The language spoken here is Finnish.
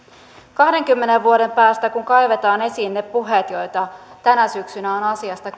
kahdenkymmenen vuoden päästä kun kaivetaan esiin ne puheet joita tänä syksynä on asiasta